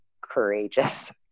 courageous